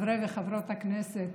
חברי וחברות הכנסת,